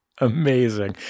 Amazing